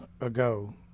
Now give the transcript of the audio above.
ago